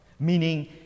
meaning